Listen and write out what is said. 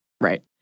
right